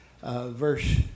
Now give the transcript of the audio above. verse